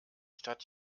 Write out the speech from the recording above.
stadt